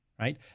right